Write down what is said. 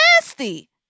nasty